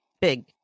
big